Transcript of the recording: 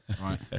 Right